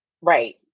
Right